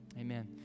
Amen